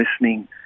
listening